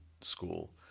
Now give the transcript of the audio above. school